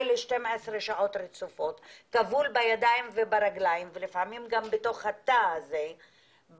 ל-12 שעות רצופות כבול בידיים וברגליים ולפעמים גם בתוך התא הזה,